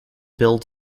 build